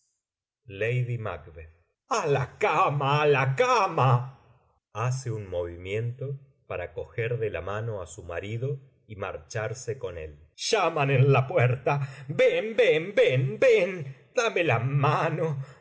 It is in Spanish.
la cama á la cama nace un movimiento para coger de la mano á su marido y marcharse con él llaman en la puerta ven ven ven ven dame la mano